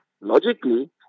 Logically